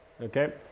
Okay